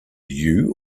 you